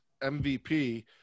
MVP